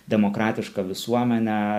demokratišką visuomenę